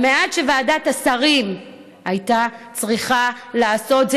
המעט שוועדת השרים הייתה צריכה לעשות,